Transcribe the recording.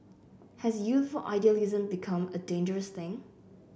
has youthful idealism become a dangerous thing